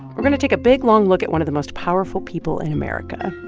we're going to take a big, long look at one of the most powerful people in america.